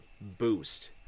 boost